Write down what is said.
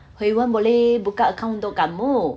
hui wen boleh buka account untuk kamu